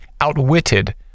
outwitted